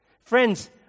Friends